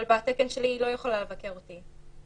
אבל בתקן שלי היא לא יכולה לבקר אותי,